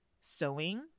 sewing